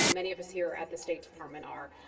um many of us here at the state department are.